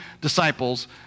disciples